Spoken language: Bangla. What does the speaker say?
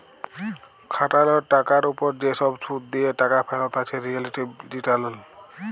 খাটাল টাকার উপর যে সব শুধ দিয়ে টাকা ফেরত আছে রিলেটিভ রিটারল